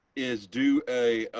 is do a,